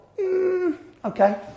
okay